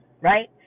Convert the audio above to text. right